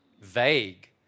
vague